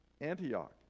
Antioch